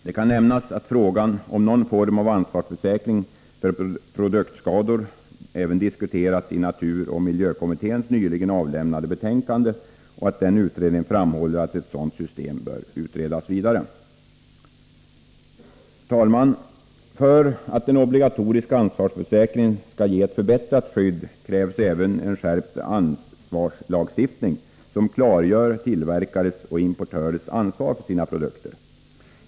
Det kan nämnas att frågan om någon form av ansvarsförsäkring för produktskador även diskuteras i naturresursoch miljökommitténs nyligen avlämnade betänkande och att den utredningen framhåller att ett sådant system bör utredas. Herr talman! För att en obligatorisk ansvarsförsäkring skall ge ett förbättrat skydd krävs även en skärpt ansvarslagstiftning som klargör tillverkares och importörers ansvar för sina produkter.